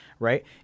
right